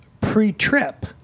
pre-trip